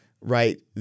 right